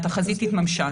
התחזית התממשה.